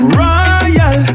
royal